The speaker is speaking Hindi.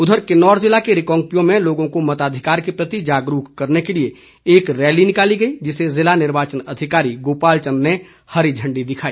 उधर किन्नौर जिला के रिकांगपिओ में लोगों को मताधिकार के प्रति जागरूक करने के लिए एक रैली निकाली गई जिसे ज़िला निर्वाचन अधिकारी गोपाल चंद ने हरी झंडी दिखाई